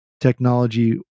technology